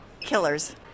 Killers